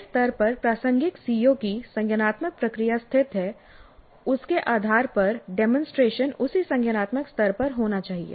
जिस स्तर पर प्रासंगिक सीओ की संज्ञानात्मक प्रक्रिया स्थित है उसके आधार पर डेमोंसट्रेशन उसी संज्ञानात्मक स्तर पर होना चाहिए